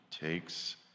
takes